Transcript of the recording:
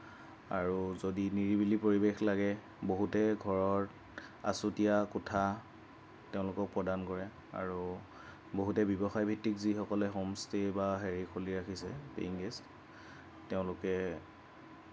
আৰু যদি নিৰিবিলি পৰিৱেশ লাগে বহুতে ঘৰৰ আচুতীয়া কোঠা তেওঁলোকক প্ৰদান কৰে আৰু বহুতে ব্যৱসায়ভিত্তিক যিসকলে হোমষ্টে' বা হেৰি খুলি ৰাখিছে পেয়িং গেষ্ট তেওঁলোকে